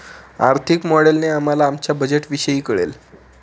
आर्थिक मॉडेलने आम्हाला आमच्या बजेटविषयी कळेल